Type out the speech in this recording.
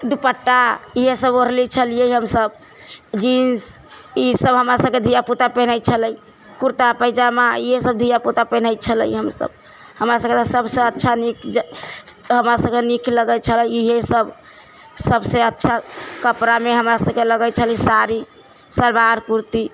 दुपट्टा इहे सब ओढ़ै छलिऐ हमसब जिन्स ई सब हमरा सभकेँ धिया पुता पेन्हइ छलै कुर्ता पैजामा इहे सब धिया पुता पेन्हइ छलै हमसब हमरा सबकेँ तऽ सबसे अच्छा नीक हमरा सबकेँ नीक लगै छलै इएहे सब सबसे अच्छा कपड़ामे हमरा सबकेँ लगै छलै साड़ी सलवार कुर्ती